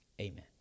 Amen